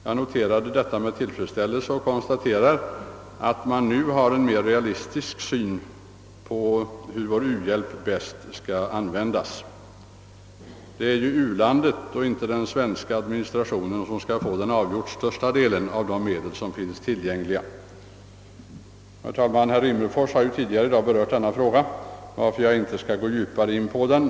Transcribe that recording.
Jag noterade detta med tillfredsställelse och konsta: terar, att man nu har en mer realistisk syn på hur vår u-hjälp bäst skall användas. Det är ju u-landet och inte vår svenska administration som skall få den avgjort största delen av de tillgängliga medlen. Herr Rimmerfors har tidigare i dag berört denna fråga, varför jag inte skall gå djupare in på den.